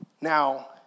Now